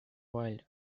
wilde